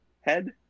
head